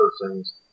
person's